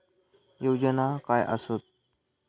योजना काय आसत?